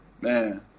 Man